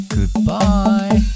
Goodbye